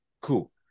Cool